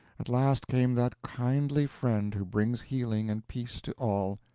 at last came that kindly friend who brings healing and peace to all.